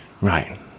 right